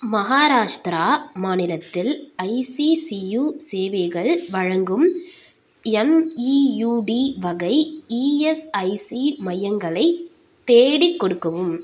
மஹாராஷ்டிரா மாநிலத்தில் ஐசிசியு சேவைகள் வழங்கும் எம்இயுடி வகை இஎஸ்ஐசி மையங்களைத் தேடிக் கொடுக்கவும்